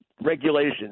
regulations